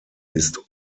ist